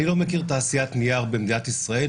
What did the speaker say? אני לא מכיר תעשיית נייר במדינת ישראל.